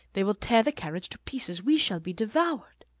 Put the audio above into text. they will tear the carriage to pieces. we shall be devoured.